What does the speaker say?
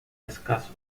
escasos